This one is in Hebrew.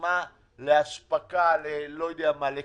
שמתאימה לאספקה לכנסים,